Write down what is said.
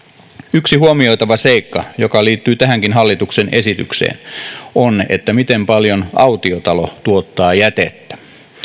yksi huomioitava seikka joka liittyy tähänkin hallituksen esitykseen on miten paljon autiotalo tuottaa jätettä